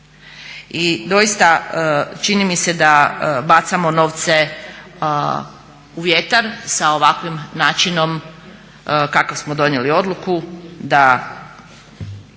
I doista čini mi se da bacamo novce u vjetar sa ovakvim načinom kakav smo donijeli odluku da